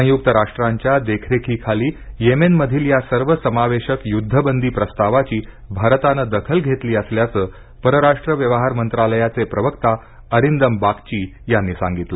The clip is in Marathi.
संयुक्त राष्ट्रांच्या देखरेखीखाली येमेनमधील या सर्वसमावेशक युद्धबंदी प्रस्तावाची भारतानं दखल घेतली असल्याचं परराष्ट्र व्यवहार मंत्रालयाचे प्रवक्ता अरीनदम बागची यांनी सांगितलं